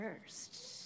first